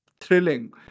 Thrilling